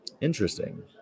Interesting